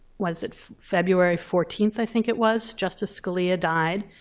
was it february fourteenth, i think it was, justice scalia died?